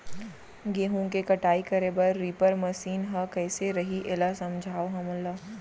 गेहूँ के कटाई करे बर रीपर मशीन ह कइसे रही, एला समझाओ हमन ल?